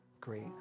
great